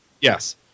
Yes